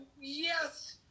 yes